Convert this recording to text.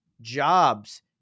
jobs